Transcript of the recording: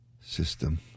system